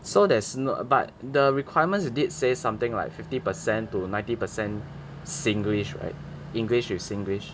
so there's no but the requirements did say something like fifty percent to ninety percent singlish right english with singlish